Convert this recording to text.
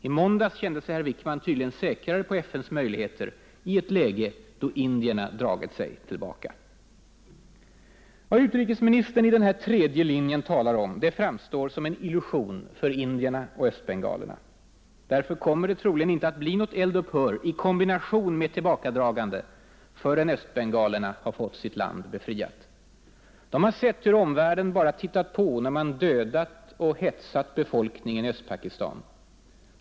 I måndags kände sig herr Wickman tydligen säkrare på FN:s möjligheter i ett läge då indierna dragit sig tillbaka. Vad utrikesministern i denna tredje linje talar om framstår som en illusion för indierna och östbengalerna. Därför kömmer det troligen inte att bli något eld-upphör i kombination med tillbakadragande förrän östbengalerna fått sitt land befriat. De har sett hur omvärlden bara tittat på när man dödat och hetsat befolkningen i Östpakistan.